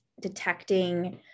detecting